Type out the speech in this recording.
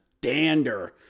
dander